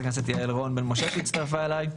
הכנסת יעל רון בן משה שהצטרפה אליי,